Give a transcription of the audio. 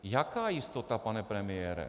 Jaká je jistota, pane premiére?